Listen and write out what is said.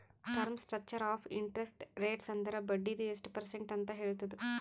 term structure of interest rates ಅಂದುರ್ ಬಡ್ಡಿದು ಎಸ್ಟ್ ಪರ್ಸೆಂಟ್ ಅಂತ್ ಹೇಳ್ತುದ್